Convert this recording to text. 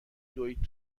دوید